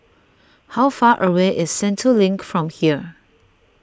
how far away is Sentul Link from here